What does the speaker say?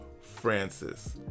francis